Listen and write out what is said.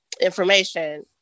information